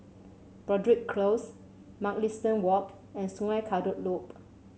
Broadrick Close Mugliston Walk and Sungei Kadut Loop